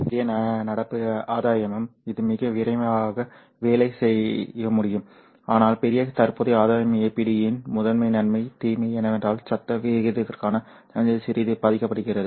நன்மை பெரிய நடப்பு ஆதாயமும் இது மிக விரைவாக வேலை செய்ய முடியும் ஆனால் பெரிய தற்போதைய ஆதாயம் APD இன் முதன்மை நன்மை தீமை என்னவென்றால் சத்த விகிதத்திற்கான சமிக்ஞை சிறிது பாதிக்கப்படுகிறது